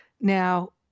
Now